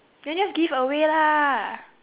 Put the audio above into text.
then just give away lah